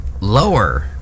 lower